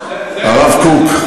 הרב קוק,